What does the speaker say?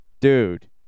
Dude